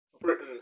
Britain